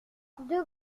deux